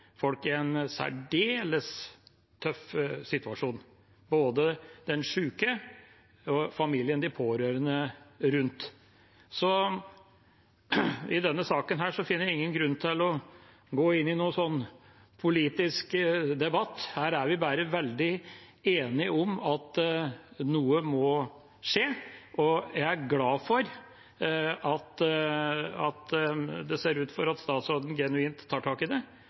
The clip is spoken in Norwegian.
folk i en særdeles tøff situasjon, både den syke og familien, de pårørende rundt. I denne saken finner jeg ingen grunn til å gå inn i noen sånn politisk debatt. Her er vi bare veldig enige om at noe må skje. Jeg er glad for at det ser ut til at statsråden genuint tar tak i det